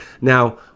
Now